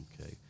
Okay